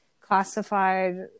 classified